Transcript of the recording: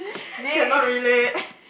cannot relate